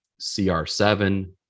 CR7